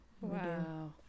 Wow